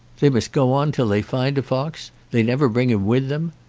they must go on till they find a fox? they never bring him with them?